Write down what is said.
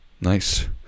Nice